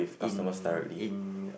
in in